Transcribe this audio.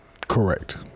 Correct